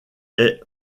est